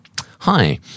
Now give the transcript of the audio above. Hi